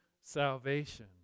salvation